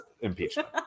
impeachment